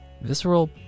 visceral